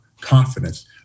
confidence